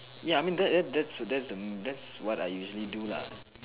ya I mean that that that that that's what I usually do lah